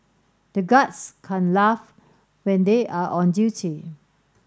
the guards can't laugh when they are on duty